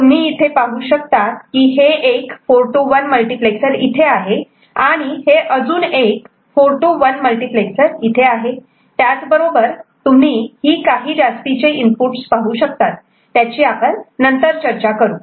तुम्ही इथे पाहू शकतात की हे एक 4 to 1 मल्टिप्लेक्सर इथे आहे आणि हे अजून एक 4 to 1 मल्टिप्लेक्सर इथे आहे त्याच बरोबर तुम्ही ही काही जास्तीचे इनपुट पाहू शकतात त्याची आपण नंतर चर्चा करू